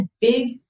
big